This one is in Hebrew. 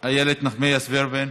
איילת נחמיאס ורבין.